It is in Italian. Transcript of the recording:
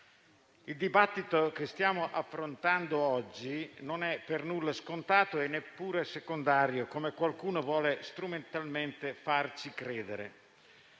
il dibattito che stiamo affrontando oggi non è per nulla scontato e neppure secondario, come qualcuno vuole strumentalmente farci credere.